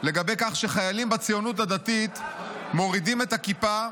לגבי כך שחיילים בציונות הדתית מורידים את הכיפה,